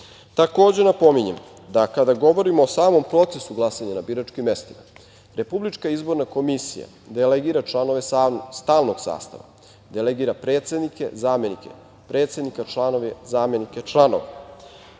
ne. Takođe napominjem, da kada govorimo o stalnom procesu glasanja na biračkim mestima, RIK delegira članove stalnog sastava, delegira predsednike, zamenike predsednika, članove, zamenike članove.